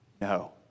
No